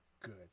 good